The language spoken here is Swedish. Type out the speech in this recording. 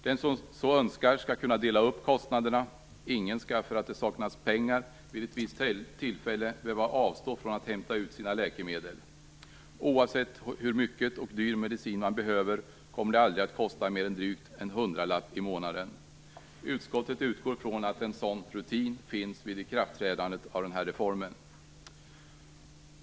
Den som så önskar skall kunna dela upp kostnaderna. Ingen skall för att det saknas pengar vid ett visst tillfälle behöva avstå från att hämta ut sina läkemedel. Oavsett hur mycket och hur dyr medicin man behöver kommer det aldrig att kosta mer än drygt en hundralapp i månaden. Utskottet utgår från att en sådan rutin finns vid ikraftträdandet av den här reformen.